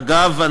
אגב,